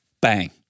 bang